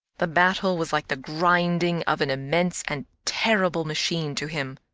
the battle was like the grinding of an immense and terrible machine to him.